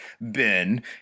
Ben